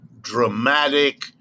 dramatic